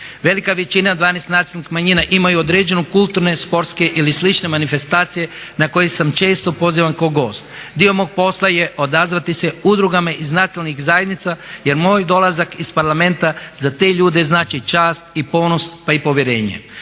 Velika većina od 12 nacionalnih manjina imaju određene kulturne, sportske ili slične manifestacije na koje sam često pozivan kao gost. Dio mog posla je odazvati se udrugama iz nacionalnih zajednica jer moj dolazak iz Parlamenta za te ljude znači čast i ponos pa i povjerenje.